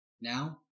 Now